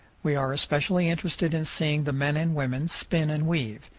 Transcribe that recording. we are especially interested in seeing the men and women spin and weave.